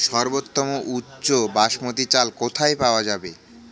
সর্বোওম উচ্চ বাসমতী চাল কোথায় পওয়া যাবে?